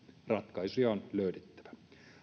ratkaisuja on löydettävä